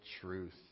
truth